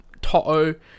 Toto